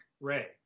ray